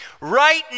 Right